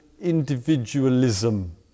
individualism